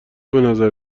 بنظر